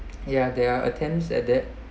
ya there are attempts at that